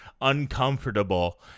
uncomfortable